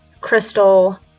crystal